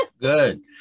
Good